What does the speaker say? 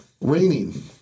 raining